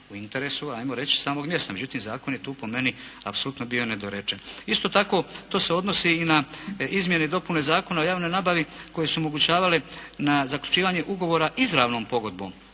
u interesu hajmo reći samog mjesta. Međutim, zakon je tu po meni apsolutno bio nedorečen. Isto tako, to se odnosi i na izmjene i dopune Zakona o javnoj nabavi koje su omogućavale na zaključivanje ugovora izravnom pogodbom